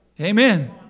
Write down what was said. Amen